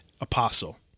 apostle